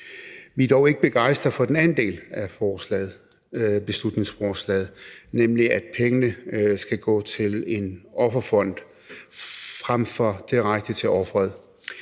Vi er dog ikke begejstret for den anden del af beslutningsforslaget, nemlig at pengene skal gå til en offerfond frem for direkte til offeret.